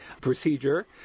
procedure